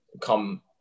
come